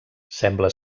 sembla